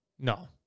No